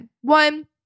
One